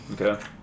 Okay